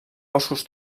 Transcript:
boscos